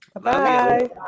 Bye